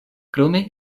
krome